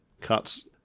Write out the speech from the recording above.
cuts